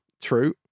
True